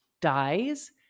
dies